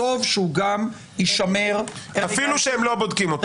טוב שהוא גם יישמר --- אפילו שהם לא בודקים אותו?